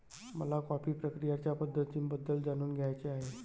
मला कॉफी प्रक्रियेच्या पद्धतींबद्दल जाणून घ्यायचे आहे